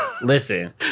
Listen